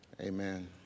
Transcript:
Amen